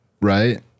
right